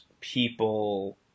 people